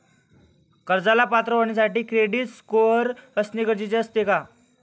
कर्जाला पात्र होण्यासाठी क्रेडिट स्कोअर असणे गरजेचे असते का?